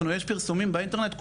יש פרסומים באינטרנט,